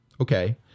Okay